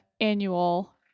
annual